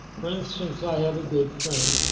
for instance i have a good friend,